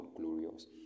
glorious